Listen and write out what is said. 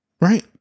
right